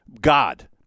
God